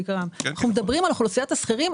אנחנו מדברים על אוכלוסיית השכירים,